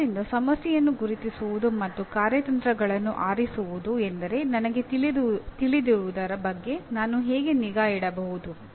ಆದ್ದರಿಂದ ಸಮಸ್ಯೆಯನ್ನು ಗುರುತಿಸುವುದು ಮತ್ತು ಕಾರ್ಯತಂತ್ರಗಳನ್ನು ಆರಿಸುವುದು ಎಂದರೆ ನನಗೆ ತಿಳಿದಿರುವುದುರ ಬಗ್ಗೆ ನಾನು ಹೇಗೆ ನಿಗಾ ಇಡಬಹುದು